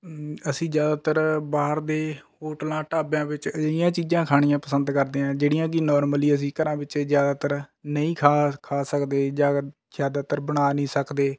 ਅਸੀਂ ਜ਼ਿਆਦਾਤਰ ਬਾਹਰ ਦੇ ਹੋਟਲਾਂ ਢਾਬਿਆਂ ਵਿੱਚ ਅਜਿਹੀਆਂ ਚੀਜ਼ਾਂ ਖਾਣੀਆਂ ਪਸੰਦ ਕਰਦੇ ਹਾਂ ਜਿਹੜੀਆਂ ਕਿ ਨੌਰਮਲੀ ਅਸੀਂ ਘਰਾਂ ਵਿੱਚ ਜ਼ਿਆਦਾਤਰ ਨਹੀਂ ਖਾ ਖਾ ਸਕਦੇ ਜ਼ਿਆਦਾ ਜ਼ਿਆਦਾਤਰ ਬਣਾ ਨਹੀਂ ਸਕਦੇ